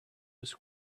was